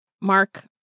Mark